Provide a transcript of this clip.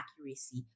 accuracy